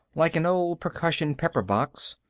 like an old percussion pepper-box,